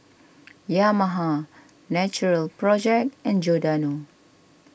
Yamaha Natural Project and Giordano